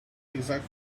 exact